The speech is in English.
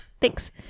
Thanks